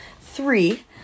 three